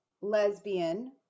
lesbian